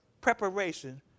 preparation